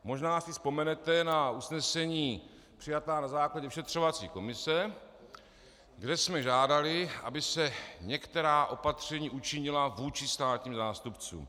Možná si vzpomenete na usnesení přijatá na základě vyšetřovací komise, kde jsme žádali, aby se některá opatření učinila vůči státním zástupcům.